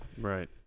Right